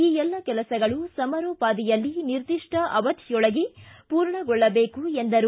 ಈ ಎಲ್ಲ ಕೆಲಸಗಳು ಸಮರೋಪಾದಿಯಲ್ಲಿ ನಿರ್ದಿಷ್ಟ ಅವಧಿಯೊಳಗೆ ಪೂರ್ಣಗೊಳ್ಳಬೇಕು ಎಂದರು